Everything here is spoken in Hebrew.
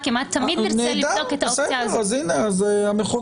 זו ההגדרה של אחראי